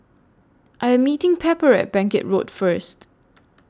I Am meeting Pepper At Bangkit Road First